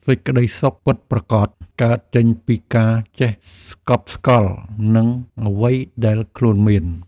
សេចក្តីសុខពិតប្រាកដកើតចេញពីការចេះស្កប់ស្កល់នឹងអ្វីដែលខ្លួនមាន។